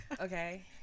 Okay